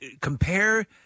compare